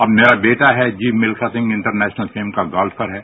अब मेरा बेटा है जीव मिल्खा सिंह इंटरनेशनल टीम का गोल्फर है